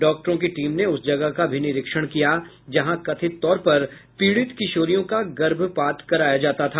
डॉक्टरों की टीम ने उस जगह का भी निरीक्षण किया जहां कथित तौर पर पीड़ित किशोरियों का गर्भपात कराया जाता था